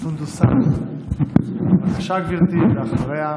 סונדוס סאלח, בבקשה, גברתי, ואחריה,